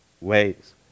ways